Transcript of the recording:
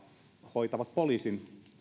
hoitavat poliisin